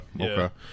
okay